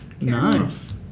nice